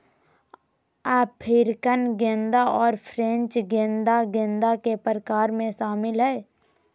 African गेंदा और French गेंदा गेंदा के प्रकार में शामिल हइ